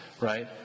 right